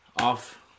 Off